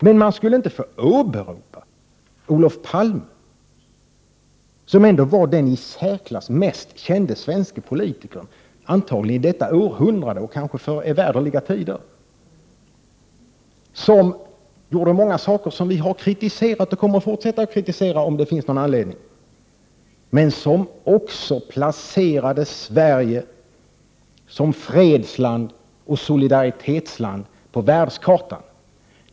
Men man skulle inte få åberopa Olof Palme, som ändå var den i särklass mest kände svenske politikern, antagligen under detta århundrade och kanske för evärderliga tider, som gjorde många saker som vi kritiserat och kommer att fortsätta att kritisera, om det finns någon anledning till det, men som också placerade Sverige som fredsland och solidaritetsland på världskartan.